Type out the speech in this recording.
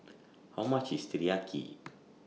How much IS Teriyaki